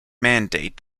mandate